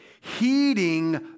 heeding